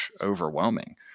overwhelming